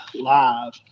live